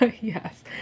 yes